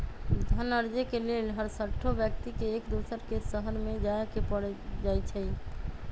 धन अरजे के लेल हरसठ्हो व्यक्ति के एक दोसर के शहरमें जाय के पर जाइ छइ